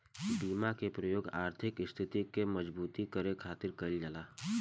बीमा के प्रयोग आर्थिक स्थिति के मजबूती करे खातिर कईल जाला